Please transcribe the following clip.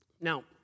Now